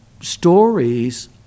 stories